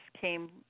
came